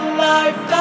life